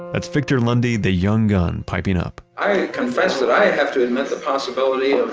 that's victor lundy, the young gun, piping up i confessed it. i have to admit the possibility